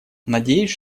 надеюсь